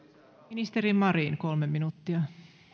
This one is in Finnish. ministeri marin kolme minuuttia